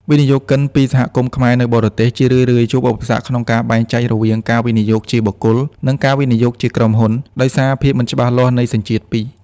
វិនិយោគិនពី សហគមន៍ខ្មែរនៅបរទេស ជារឿយៗជួបឧបសគ្គក្នុងការបែងចែករវាង "ការវិនិយោគជាបុគ្គល" និង "ការវិនិយោគជាក្រុមហ៊ុន" ដោយសារភាពមិនច្បាស់លាស់នៃសញ្ជាតិពីរ។